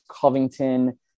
Covington